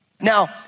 Now